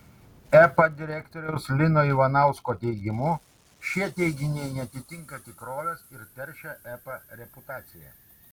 epa direktoriaus lino ivanausko teigimu šie teiginiai neatitinka tikrovės ir teršia epa reputaciją